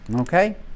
Okay